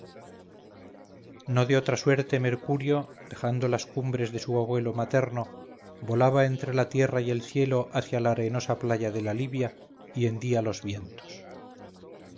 no de otra suerte mercurio dejando las cumbres de su abuelo materno volaba entre la tierra y el cielo hacia la arenosa playa de la libia y hendía los vientos